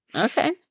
Okay